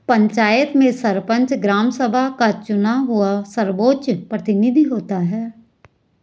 पंचायत में सरपंच, ग्राम सभा का चुना हुआ सर्वोच्च प्रतिनिधि होता है